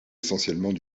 essentiellement